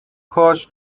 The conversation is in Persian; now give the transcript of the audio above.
کاش